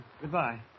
Goodbye